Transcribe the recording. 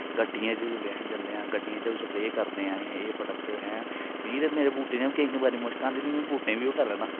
गड्डियै च जेल्लै अस जन्ने हा गड्डियै च बी स्प्रे करदे हा असें एह् प्रोडक्ट ऐं मीं ते मेरे बूटे च बी केईं केईं बारी मुश्क आंदी ते में बूटें गी बी ओह् करना